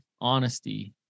honesty